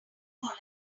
column